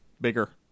bigger